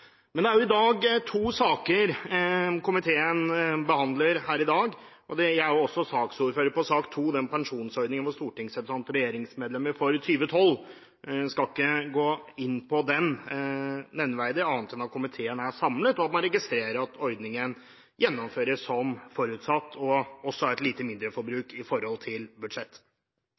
og regjeringsmedlemmer for 2012. Jeg skal ikke gå nevneverdig inn på den, annet enn å si at komiteen er samlet om å registrere at ordningen gjennomføres som forutsatt og også har et lite mindre forbruk i forhold til budsjett.